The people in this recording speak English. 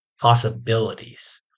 possibilities